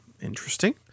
Interesting